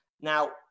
Now